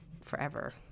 forever